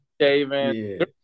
shaving